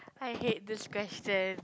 I hate this question